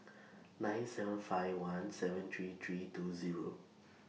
nine seven five one seven three three two Zero